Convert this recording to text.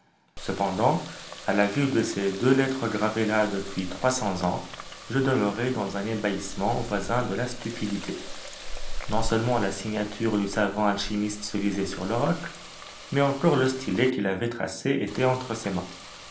cependant à la vue de ces deux lettres gravées là depuis trois cents ans je demeurai dans un ébahissement voisin de la stupidité non seulement la signature du savant alchimiste se lisait sur le roc mais encore le stylet qui l'avait tracée était entre mes mains